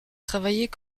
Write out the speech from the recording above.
travaillait